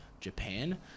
Japan